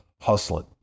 hustling